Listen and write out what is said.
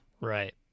Right